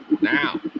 now